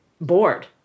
bored